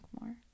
more